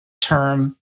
term